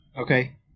Okay